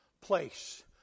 place